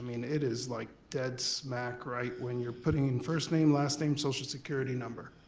i mean it is like dead smack right when you're putting in first name, last name, social security number.